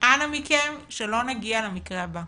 אנא מכם, שלא נגיע למקרה הבא.